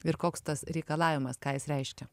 ir koks tas reikalavimas ką jis reiškia